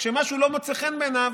כשמשהו לא מוצא חן בעיניו,